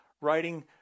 writing